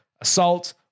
assault